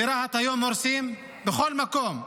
ברהט היום הורסים, בכל מקום.